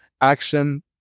action